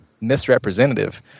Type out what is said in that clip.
misrepresentative